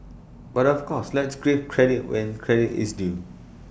but of course let's give credit where credit is due